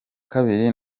kabiri